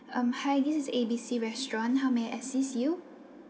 um hi this is A B C restaurant how may I assist you